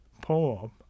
poem